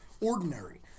Ordinary